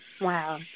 Wow